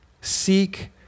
Seek